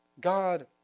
God